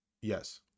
Yes